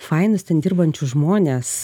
fainus ten dirbančius žmones